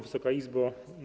Wysoka Izbo!